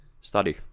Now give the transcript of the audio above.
study